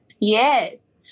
Yes